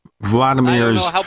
Vladimir's